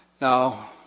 Now